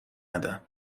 ندم